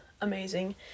amazing